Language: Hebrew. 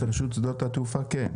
את רשות שדות התעופה כן?